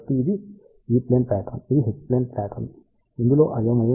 కాబట్టి ఇది E plane pattern ఇది H ప్లేన్ ప్యాట్రన్ ఇందులో అయోమయము ఏమీ లేదు